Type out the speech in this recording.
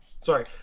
sorry